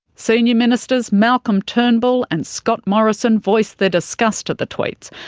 senior ministers malcolm turnbull and scott morrison voiced their disgust at the tweets,